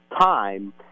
time